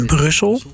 Brussel